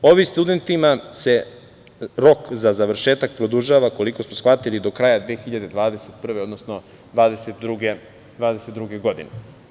Ovim studentima se rok za završetak produžava, koliko smo shvatili, do kraja 2021, odnosno 2022. godine.